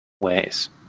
ways